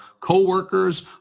coworkers